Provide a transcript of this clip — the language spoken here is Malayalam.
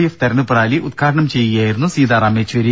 എഫ് തിരഞ്ഞെടുപ്പ് റാലി ഉദ്ഘാടനം ചെയ്യുകയായിരുന്നു സീതാറാം യച്ചൂരി